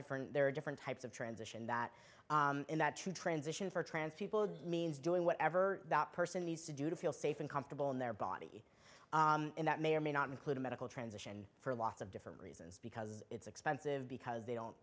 different there are different types of transition that in that transition for transfer means doing whatever that person needs to do to feel safe and comfortable in their body and that may or may not include a medical transition for lots of different reasons because it's expensive because they don't